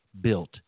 built